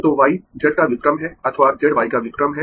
तो y Z का व्युत्क्रम है अथवा Z y का व्युत्क्रम है